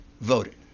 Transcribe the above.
voted